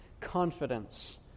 confidence